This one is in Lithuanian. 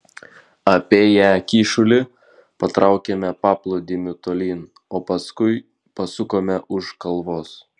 apėję kyšulį patraukėme paplūdimiu tolyn o paskui pasukome už kalvos